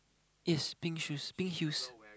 yes pink shoes pink hues